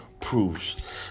proves